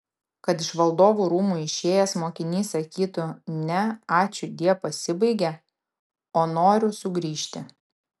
kad iš valdovų rūmų išėjęs mokinys sakytų ne ačiūdie pasibaigė o noriu sugrįžti